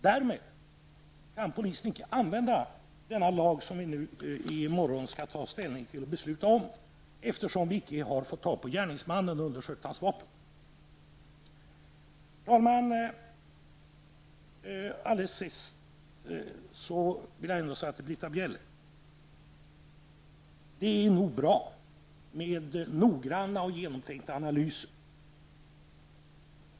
Därmed kan polisen icke använda denna lag som vi nu i morgon skall ta ställning till och besluta om, eftersom man icke har fått tag på gärningsmannen och undersökt hans vapen. Herr talman! Jag vill allra sist säga till Britta Bjelle att det nog är bra med noggranna och genomtänkta analyser.